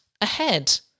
ahead